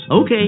Okay